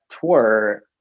tour